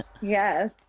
Yes